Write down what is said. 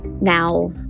now